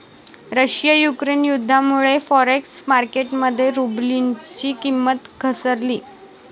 Russia Ukraine युद्धामुळे forex market मध्ये रुबलची किंमत घसरली